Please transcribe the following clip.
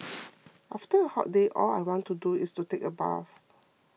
after a hot day all I want to do is to take a bath